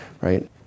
right